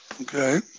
Okay